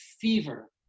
fever